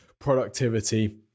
productivity